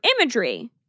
imagery